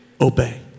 obey